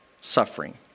suffering